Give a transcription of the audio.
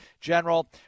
General